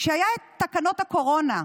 כשהיו את תקנות הקורונה,